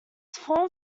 form